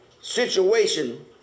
situation